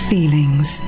Feelings